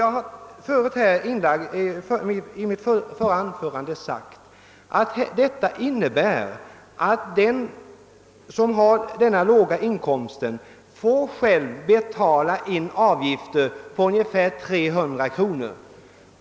Jag sade i mitt föregående anförande, att följden blir att den som har denna låga inkomst själv får betala in avgifter på ungefär 300 kronor.